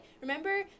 Remember